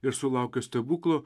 ir sulaukia stebuklo